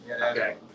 okay